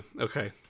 Okay